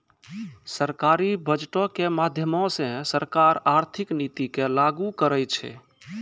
सरकारी बजटो के माध्यमो से सरकार आर्थिक नीति के लागू करै छै